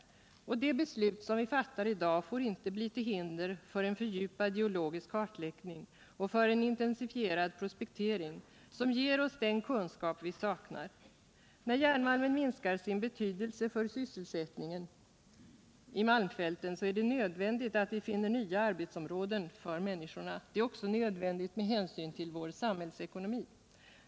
vissa s.k. obrutna Det beslut som vi fattar i dag får inte bli till hinder för en fördjupad = fjällområden geologisk kartläggning och för en intensifierad prospektering, som ger oss den kunskap vi saknar. När järnmalmen minskar i betydelse för sysselsättningen i malmfälten är det nödvändigt att vi finner nya arbetsområden för människorna. Det är också nödvändigt med hänsyn till vår samhällsekonomi.